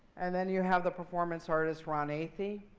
and then, you have the performance artist ron athey.